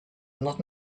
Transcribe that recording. not